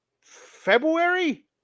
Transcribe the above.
February